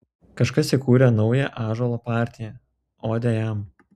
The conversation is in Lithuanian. kažkas įkūrė naują ąžuolo partiją odę jam